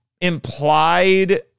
implied